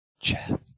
Jeff